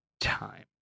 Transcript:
time